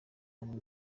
kandi